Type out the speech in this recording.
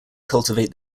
cultivate